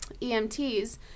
EMTs